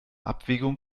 abwägung